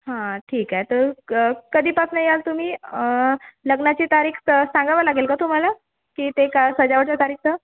हं ठीक आहे तर क कधीपासनं याल तुम्ही लग्नाची तारीख तर सांगावं लागेल का तुम्हाला की ते का सजावटच्या तारीखचं